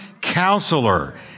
Counselor